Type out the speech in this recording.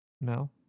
No